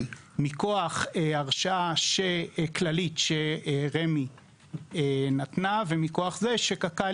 מכוח הרשאה כללית שרמ"י נתנה ומכוח זה שקק"ל